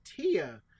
Tia